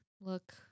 look